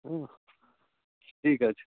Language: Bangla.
হুম ঠিক আছে